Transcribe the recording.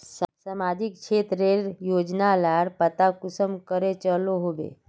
सामाजिक क्षेत्र रेर योजना लार पता कुंसम करे चलो होबे?